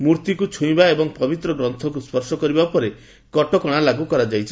ମୂର୍ତ୍ତିକୁ ଛୁଇଁବା ଏବଂ ପବିତ୍ର ଗ୍ରନ୍ଥକୁ ସ୍ୱର୍ଶ କରିବା ଉପରେ କଟକଣା ଲାଗୁ କରାଯାଇଛି